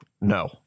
No